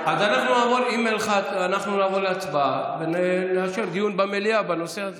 אין הצעת סיכום בהצעה לסדר-היום.